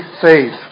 faith